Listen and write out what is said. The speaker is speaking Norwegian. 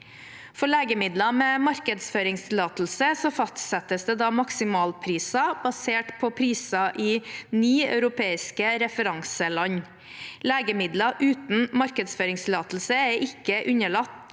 For legemidler med markedsføringstillatelse fastsettes det maksimalpriser basert på priser i ni europeiske referanseland. Legemidler uten markedsføringstillatelse er ikke underlagt